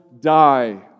die